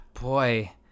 boy